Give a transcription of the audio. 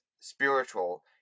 spiritual